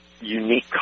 unique